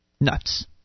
Nuts